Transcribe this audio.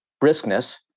briskness